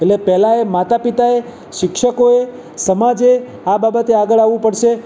એટલે પહેલાં માતાપિતાએ શિક્ષકોએ સમાજે આ બાબતે આગળ આવવું પડશે